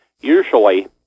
usually